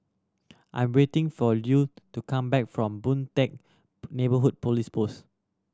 I am waiting for Lue to come back from Boon Teck Neighbourhood Police Post